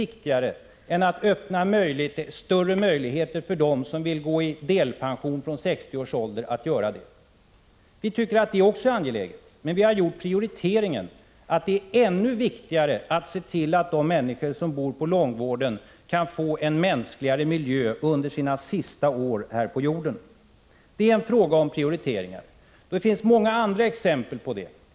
viktigare än att ge dem som vill gå i delpension från 60 års ålder större möjligheter att göra det. Det är också angeläget, men vi gör den prioriteringen att det är ännu viktigare att se till att de människor som bor på långvården kan få en mänskligare miljö under sina sista år här på jorden. Det är en fråga om prioriteringar. Det finns många andra exempel på detta.